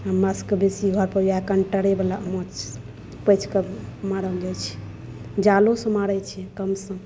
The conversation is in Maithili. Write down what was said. हमरासभके बेसी घर पर इएह कन्टरेवला माछ ऊपछिकऽ मारल जाइत छै जालोसँ मारैत छै कम सम